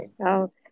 Okay